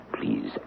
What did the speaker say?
Please